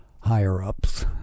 higher-ups